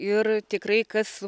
ir tikrai kas